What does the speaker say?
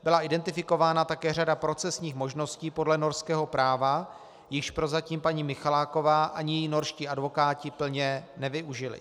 Byla identifikována také řada procesních možností podle norského práva, jichž prozatím paní Michaláková ani její norští advokáti plně nevyužili.